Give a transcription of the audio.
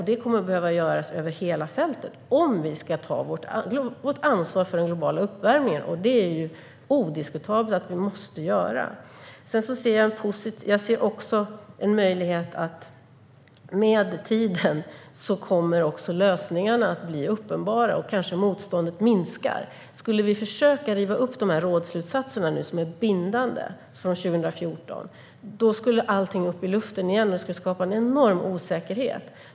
Det kommer att behöva göras över hela fältet om vi ska ta vårt ansvar för den globala uppvärmningen, och att vi måste göra det är odiskutabelt. Det är också möjligt att lösningarna kommer att bli uppenbara med tiden och att motståndet kanske minskar. Skulle vi försöka riva upp de bindande rådsslutsatserna från 2014 skulle allt upp i luften igen, och det skulle skapa en enorm osäkerhet.